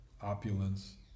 opulence